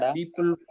People